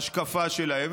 רעים.